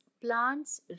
Plants